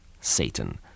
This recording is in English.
Satan